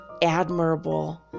admirable